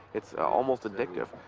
it's almost addictive.